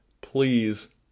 please